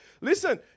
Listen